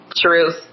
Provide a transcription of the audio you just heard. Truth